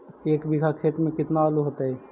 एक बिघा खेत में केतना आलू होतई?